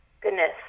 goodness